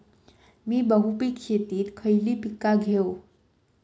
मी बहुपिक शेतीत खयली पीका घेव?